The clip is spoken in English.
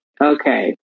okay